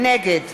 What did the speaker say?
נגד